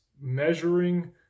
measuring